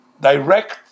direct